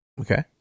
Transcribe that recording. okay